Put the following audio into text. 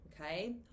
okay